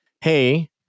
Hey